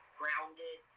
grounded